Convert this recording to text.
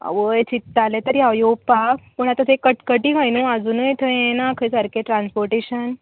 आवय चित्तालें तरी हांव येवपाक पूण आतां तें कटकटीं खंय न्हू आजुनूय थंय हें ना खंय सारकें ट्रान्सपोर्टेशन